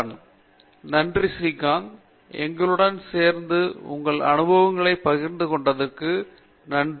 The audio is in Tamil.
பேராசிரியர் பிரதாப் ஹரிதாஸ் நன்றி ஸ்ரீகாந்த் எங்களுடன் சேர்த்து உங்கள் அனுபவங்களை பகிர்ந்து கொண்டதற்கு நன்றி